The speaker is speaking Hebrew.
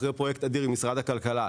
נמצאים אחרי פרויקט אדיר עם משרד הכלכלה,